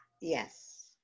Yes